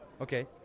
Okay